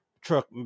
truck